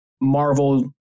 Marvel